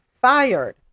fired